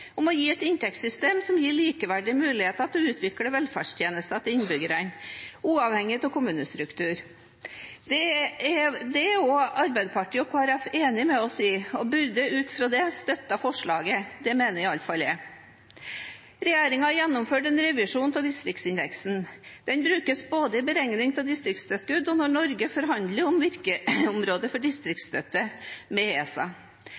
om å gi oss et inntektssystem som gir likeverdige muligheter til å utvikle velferdstjenester til innbyggerne, uavhengig av kommunestruktur. Dette er også Arbeiderpartiet og Kristelig Folkeparti enig med oss i og burde ut fra det støttet forslaget – det mener iallfall jeg. Regjeringen har gjennomført en revisjon av distriktsindeksen. Denne brukes både i beregningen av distriktstilskuddene og når Norge forhandler om virkeområde for distriktsstøtte med ESA.